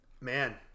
Man